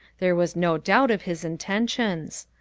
there was no doubt of his intentions.